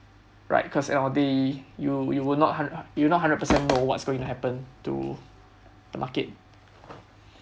right cause end of day you you would not hun~ you not hundred percent know what's going to happen to the market